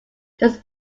does